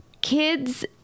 kids